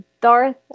Darth